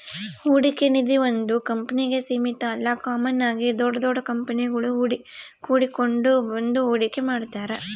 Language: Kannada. ಹೂಡಿಕೆ ನಿಧೀ ಒಂದು ಕಂಪ್ನಿಗೆ ಸೀಮಿತ ಅಲ್ಲ ಕಾಮನ್ ಆಗಿ ದೊಡ್ ದೊಡ್ ಕಂಪನಿಗುಳು ಕೂಡಿಕೆಂಡ್ ಬಂದು ಹೂಡಿಕೆ ಮಾಡ್ತಾರ